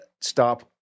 stop